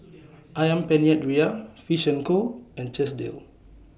Ayam Penyet Ria Fish and Co and Chesdale